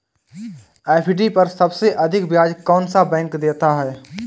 FD पर सबसे अधिक ब्याज कौन सा बैंक देता है?